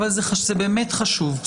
זה באמת חשוב.